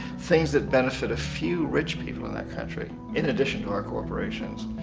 things that benefit a few rich people in that country. in addition to our corporations.